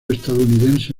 estadounidense